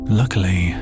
luckily